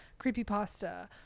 Creepypasta